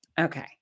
Okay